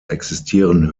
existieren